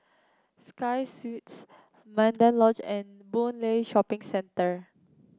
Sky Suites Mandai Lodge and Boon Lay Shopping Centre